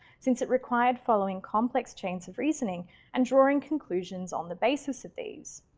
since it required following complex chains of reasoning and drawing conclusions on the basis of these.